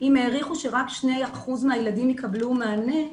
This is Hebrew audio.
אם העריכו שרק 2% מהילדים יקבלו מענה,